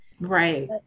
Right